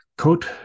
code